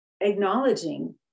acknowledging